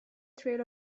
trail